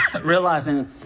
realizing